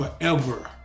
forever